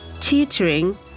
teetering